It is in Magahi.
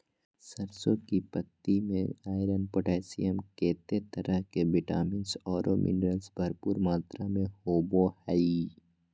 सरसों की पत्ति में आयरन, पोटेशियम, केते तरह के विटामिन औरो मिनरल्स भरपूर मात्रा में होबो हइ